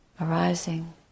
arising